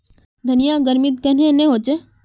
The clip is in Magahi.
धनिया गर्मित कन्हे ने होचे?